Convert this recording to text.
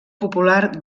popular